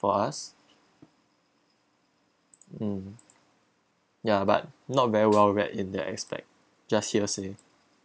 for us mm ya but not very well read in their aspect just hearsay